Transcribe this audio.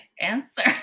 answer